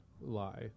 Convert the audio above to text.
lie